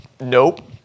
Nope